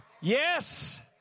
Yes